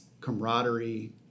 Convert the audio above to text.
camaraderie